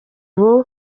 ubu